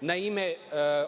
na ime